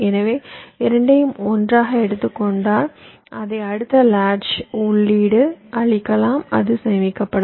எனவே இரண்டையும் ஒன்றாக எடுத்துக் கொண்டால் அதை அடுத்த லாட்க்கு உள்ளீடு அளிக்கலாம் அது சேமிக்கப்படும்